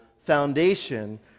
foundation